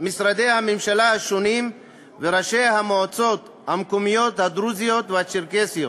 משרדי הממשלה השונים וראשי המועצות המקומיות הדרוזיות והצ׳רקסיות